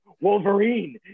Wolverine